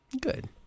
Good